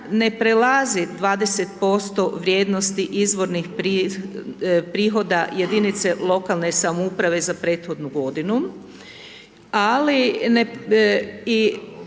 ne prelazi 20% vrijednosti izvornih prihoda jedinice lokalne samouprave za prethodnu godinu, ali i